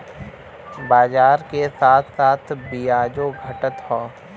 बाजार के साथ साथ बियाजो घटत हौ